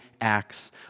acts